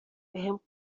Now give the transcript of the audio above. بهم